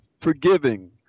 forgiving